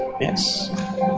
Yes